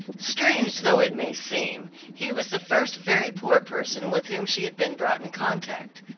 strange though it may seem, he was the first very poor person with whom she had been brought in contact.